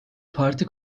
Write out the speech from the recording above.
parti